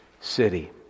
city